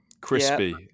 Crispy